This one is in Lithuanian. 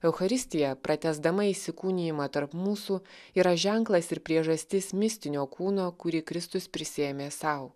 eucharistija pratęsdama įsikūnijimą tarp mūsų yra ženklas ir priežastis mistinio kūno kurį kristus prisiėmė sau